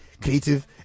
creative